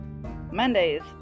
Mondays